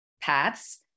paths